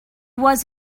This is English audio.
was